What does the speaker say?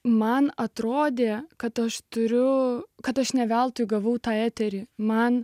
man atrodė kad aš turiu kad aš ne veltui gavau tą eterį man